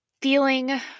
feeling